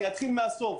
אתחיל מן הסוף: